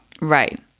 Right